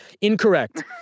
Incorrect